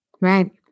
Right